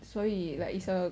所以 like it's a